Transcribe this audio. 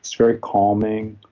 very calming.